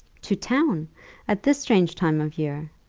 to town at this strange time of year!